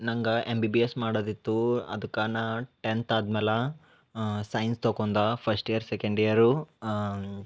ನಂಗೆ M B B S ಮಾಡದಿತ್ತೂ ಅದ್ಕ ನಾ ಟೆಂತ್ ಆದ್ಮ್ಯಾಲ ಸೈನ್ಸ್ ತಕೊಂದ ಫಸ್ಟ್ ಇಯರ್ ಸೆಕೆಂಡ್ ಇಯರು